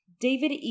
David